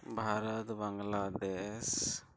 Bharat Bangladesh